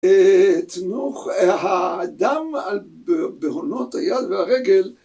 אה.. תנוך.. הדם על בהונות היד והרגל